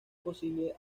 posible